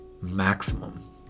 maximum